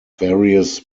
various